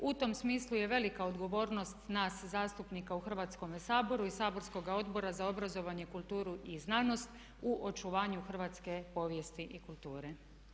U tom smislu je velika odgovornost nas zastupnika u Hrvatskome saboru i saborskoga Odbora za obrazovanje, kulturu i znanost u očuvanje hrvatske povijesti i kulture.